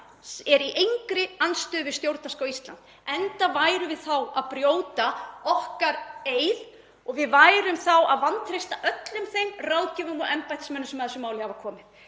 er í engri andstöðu við stjórnarskrá Íslands, enda værum við þá að rjúfa okkar eið og við værum þá að vantreysta öllum þeim ráðgjöfum og embættismönnum sem að þessu máli hafa komið.